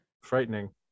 frightening